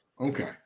Okay